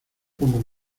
pongo